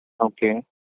Okay